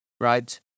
Right